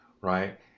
right